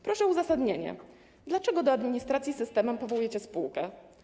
Proszę o uzasadnienie: Dlaczego do administracji systemu powołujecie spółkę?